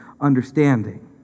understanding